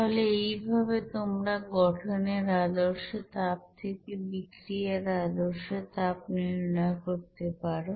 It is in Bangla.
তাহলে এইভাবে তোমরা গঠনের আদর্শ তাপ থেকে বিক্রিয়ার আদর্শ তাপ নির্ণয় করতে পারো